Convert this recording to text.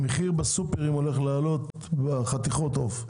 המחיר בסופרים הולך לעלות בחתיכות העוף: